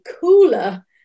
cooler